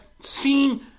seen